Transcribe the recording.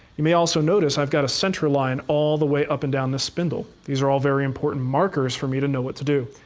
you may also notice, i've got a center line all the way up and down this spindle. these are all very important markers for me to know what to do.